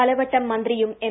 പല വട്ടം മന്ത്രിയും എം